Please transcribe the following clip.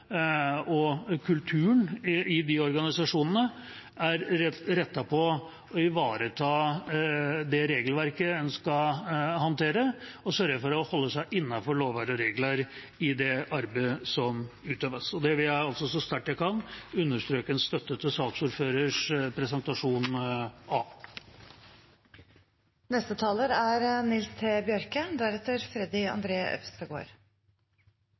og kulturen i de organisasjonene er rettet inn på å ivareta det regelverket en skal håndtere, og at man sørger for å holde seg innenfor lover og regler i det arbeidet som utøves. Jeg vil altså så sterkt jeg kan, understreke en støtte til saksordførerens presentasjon